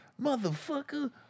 Motherfucker